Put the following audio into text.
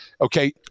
okay